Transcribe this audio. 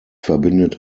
verbindet